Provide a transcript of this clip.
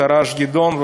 תר"ש "גדעון",